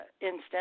instance